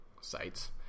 sites